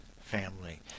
family